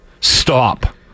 stop